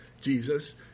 Jesus